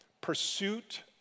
pursuit